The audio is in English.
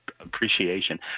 appreciation